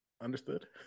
Understood